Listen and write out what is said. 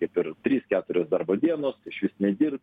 kaip ir trys keturios darbo dienos išvis nedirbt